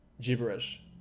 gibberish